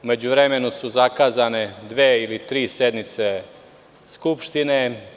U međuvremenu su zakazane dve ili tri sednice Skupštine.